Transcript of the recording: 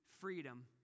freedom